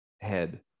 head